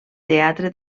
teatre